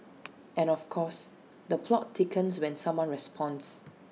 and of course the plot thickens when someone responds